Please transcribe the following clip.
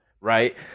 right